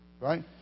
Right